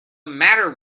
matter